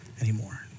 anymore